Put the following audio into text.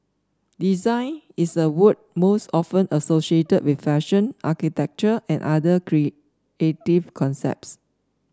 design is a word most often associated with fashion architecture and other creative concepts